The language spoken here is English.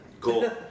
Cool